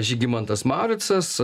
žygimantas mauricas